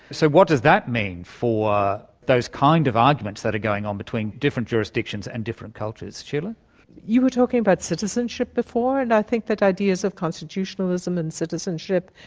so what does that mean for those kind of arguments that are going on between different jurisdictions and different cultures? you were talking about citizenship before, and i think that ideas of constitutionalism and citizenship,